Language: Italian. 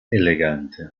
elegante